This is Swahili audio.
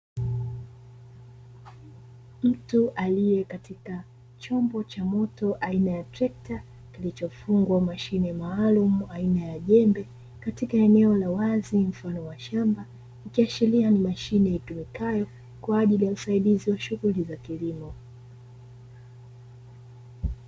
Mtu aliye katika chombo cha moto aina ya trekta, kilichofungwa mashine maalumu aina ya jembe, katika eneo la wazi mfano wa shamba ikiashiria ni mashine itumikayo kwa ajili ya usaidizi wa shughuli za kilimo.